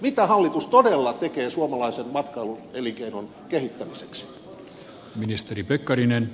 mitä hallitus todella tekee suomalaisen matkailuelinkeinon kehittämiseksi